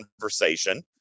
conversation